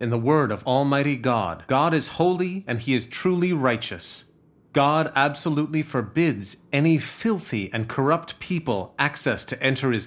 in the word of almighty god god is holy and he is truly righteous god absolutely forbids any filthy and corrupt people access to enter his